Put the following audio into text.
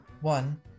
one